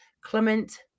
Clement